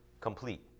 complete